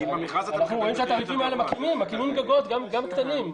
אנחנו רואים שהתעריפים האלה מקימים גם גגות קטנים.